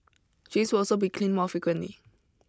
drains will also be cleaned more frequently